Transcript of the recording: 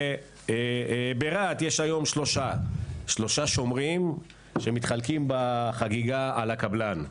ברהט יש היום שלושה שומרים שמתחלקים בחגיגה על הקבלן.